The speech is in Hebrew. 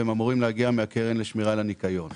והם אמורים להגיע מהקרן לשמירה על הניקיון.